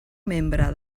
membre